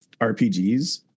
RPGs